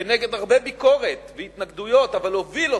כנגד הרבה ביקורת והתנגדויות, אבל הוביל אותו,